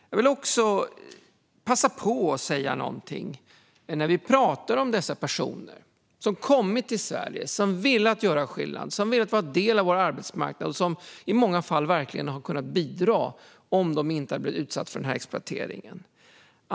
Jag ska också säga något om de personer som kommit till Sverige och velat vara del av vår arbetsmarknad och som i många fall verkligen hade kunnat bidra om de inte hade blivit utsatta för exploatering.